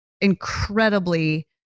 incredibly